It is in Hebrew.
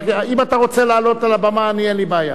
אם אתה רוצה לעלות על הבמה, אין לי בעיה.